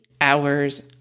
hours